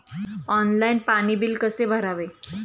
Online पाणी bill कसे भरावे?